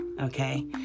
okay